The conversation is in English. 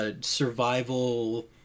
survival